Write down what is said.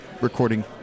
recording